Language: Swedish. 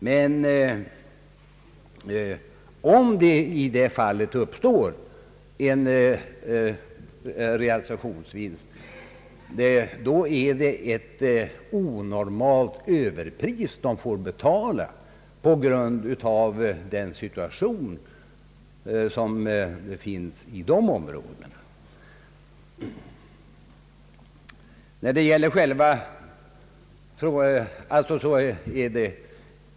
Men om det i sådana fall uppstår en realisationsvinst, då har säljaren fått ett onormalt överpris på grund av den situation som råder i dessa områden.